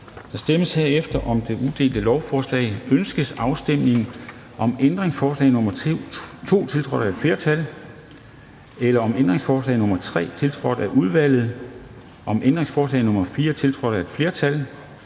Der stemmes herefter om det udelte lovforslag. Ønskes afstemning om ændringsforslag nr. 2, tiltrådt af et flertal (udvalget med undtagelse af RV og EL), om ændringsforslag nr. 3, tiltrådt af udvalget, om ændringsforslag nr. 4, tiltrådt af et flertal